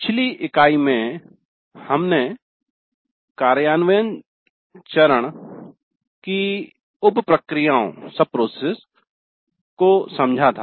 पिछली इकाई में हमने कार्यान्वयन चरण की उप प्रक्रियाओं को समझा था